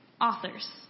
authors